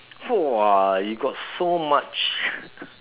!whoa! you got so much